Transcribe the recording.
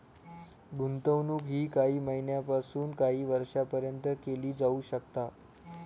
गुंतवणूक ही काही महिन्यापासून काही वर्षापर्यंत केली जाऊ शकता